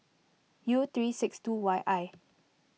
U three six two Y I